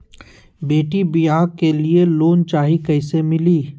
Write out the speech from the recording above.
बेटी ब्याह के लिए लोन चाही, कैसे मिली?